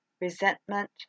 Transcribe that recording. resentment